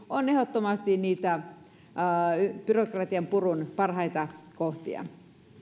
on ehdottomasti niitä byrokratian purun parhaita kohtia